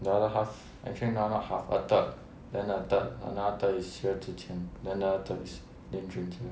the other half actually not even half a third then a third another third is 薛之谦 then the other third is 林俊杰